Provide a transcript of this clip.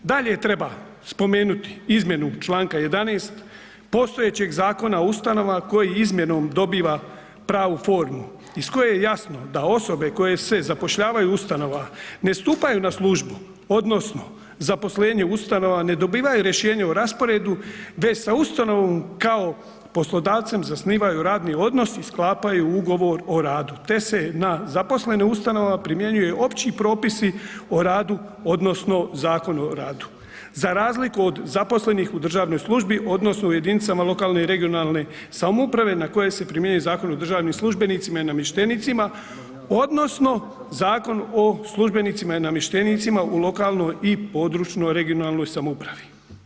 Dalje treba spomenuti izmjenu čl. 11. postojećeg Zakona o ustanovama koji izmjenom dobiva pravu formu iz koje je jasno da osobe koje se zapošljavaju u ustanovama ne stupaju na službu odnosno zaposlenje ustanova ne dobivaju rješenje o rasporedu, već sa ustanovom kao poslodavcem zasnivaju radni odnos i sklapaju Ugovor o radu, te se na zaposlene u ustanovama primjenjuju Opći propisi o radu odnosno Zakon o radu, za razliku od zaposlenih u državnoj službi odnosno u jedinicama lokalne i regionalne samouprave na koje se primjenjuje Zakon o državnim službenicima i namještenicima odnosno Zakon o službenicima i namještenicima u lokalnoj i područnoj (regionalnoj) samoupravi.